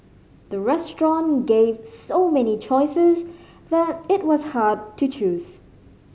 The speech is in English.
the restaurant gave so many choices that it was hard to choose